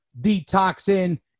detoxing